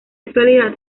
actualidad